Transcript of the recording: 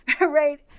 right